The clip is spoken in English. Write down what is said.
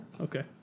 Okay